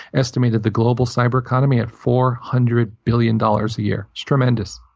estimated the global cyber economy at four hundred billion dollars a year. it's tremendous.